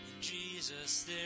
Jesus